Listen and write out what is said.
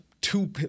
two